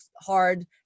hard